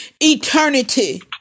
eternity